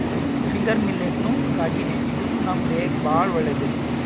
finger millet ನು ರಾಗಿನೇ ಇದೂನು ನಮ್ ದೇಹಕ್ಕ್ ಭಾಳ್ ಒಳ್ಳೇದ್